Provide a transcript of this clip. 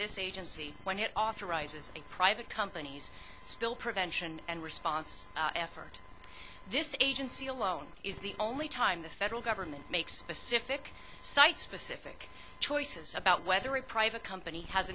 this agency when it authorizes a private companies spill prevention and response effort this is agency alone is the only time the federal government makes pacific site specific choices about whether a private company has